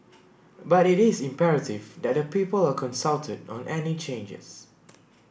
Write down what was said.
but it is imperative that the people are consulted on any changes